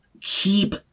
Keep